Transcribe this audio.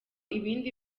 ibindi